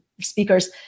speakers